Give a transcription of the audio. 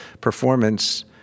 performance